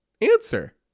Answer